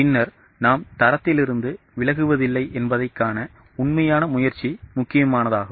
பின்னர் நாம் தரத்திலிருந்து விலகுவதில்லை என்பதைக் காண உண்மையான முயற்சி முக்கியமாகும்